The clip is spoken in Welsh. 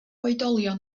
oedolion